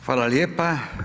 Hvala lijepa.